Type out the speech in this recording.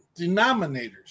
denominators